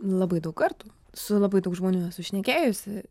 labai daug kartų su labai daug žmonių esu šnekėjusi